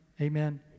Amen